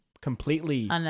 completely